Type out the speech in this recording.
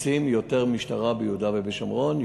רוצים יותר משטרה ביהודה ובשומרון,